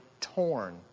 torn